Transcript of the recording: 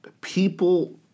People